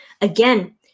Again